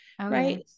right